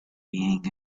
being